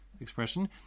expression